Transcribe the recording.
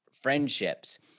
friendships